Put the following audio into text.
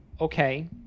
okay